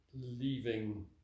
leaving